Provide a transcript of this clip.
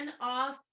off